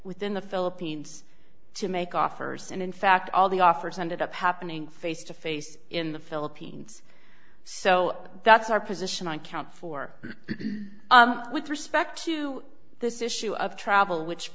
within the philippines to make offers and in fact all the offers ended up happening face to face in the philippines so that's our position on count four with respect to this issue of travel which